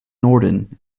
norden